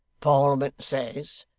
parliament says,